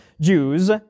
Jews